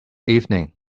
evening